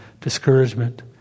discouragement